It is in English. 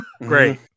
Great